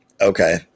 okay